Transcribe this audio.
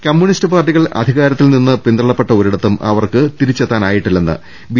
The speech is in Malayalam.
കമ്മ്യൂണിസ്റ്റ് പാർട്ടികൾ അധികാരത്തിൽ നിന്ന് പിന്തള്ള പ്പെട്ട ഒരിടത്തും അവർക്ക് തിരിച്ചെത്താനായിട്ടില്ലെന്ന് ബി